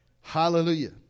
Hallelujah